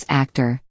actor